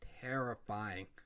terrifying